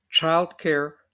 childcare